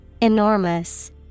Enormous